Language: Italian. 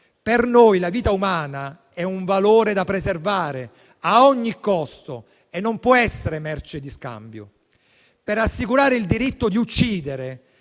Per noi la vita umana è un valore da preservare a ogni costo e non può essere merce di scambio. Per assicurare il diritto di uccidere